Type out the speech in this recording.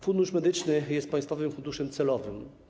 Fundusz Medyczny jest państwowym funduszem celowym.